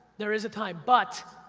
there is a time, but,